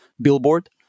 billboard